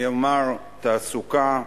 אני אומַר: תעסוקה,